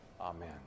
Amen